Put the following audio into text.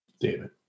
David